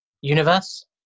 universe